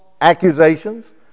accusations